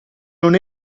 non